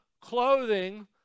clothing